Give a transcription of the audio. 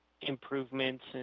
improvements